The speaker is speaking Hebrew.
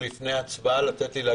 אנחנו יודעים איך זה עובד.